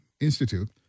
Institute